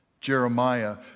Jeremiah